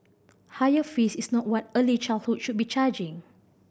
higher fees is not what early childhood should be charging